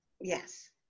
Yes